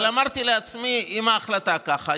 אבל אמרתי לעצמי שאם ההחלטה ככה,